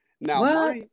Now